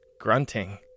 grunting